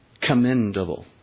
commendable